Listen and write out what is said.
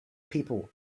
people